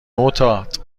معتاد